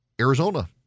Arizona